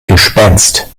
gespenst